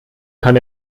kann